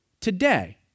Today